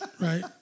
Right